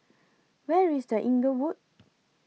Where IS The Inglewood